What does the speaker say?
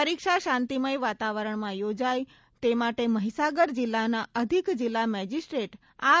પરીક્ષા શાંતિમય વાતાવરણમાં યોજાય તે માટે મહિસાગર જીલ્લાના અધિક જીલ્લા મેજીસ્ટ્રેટ આર